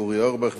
אורי אורבך,